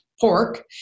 pork